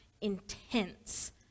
intense